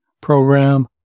program